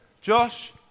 Josh